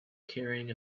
carrying